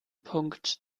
punkt